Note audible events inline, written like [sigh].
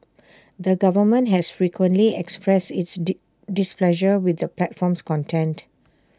the government has frequently expressed its [unintelligible] displeasure with the platform's content